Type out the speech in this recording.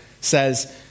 says